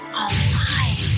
alive